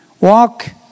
Walk